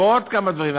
ועוד כמה דברים,